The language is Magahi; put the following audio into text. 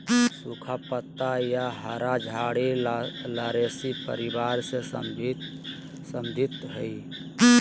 सुखा पत्ता या हरा झाड़ी लॉरेशी परिवार से संबंधित हइ